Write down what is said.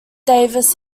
davis